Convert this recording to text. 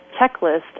checklist